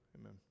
Amen